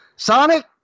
Sonic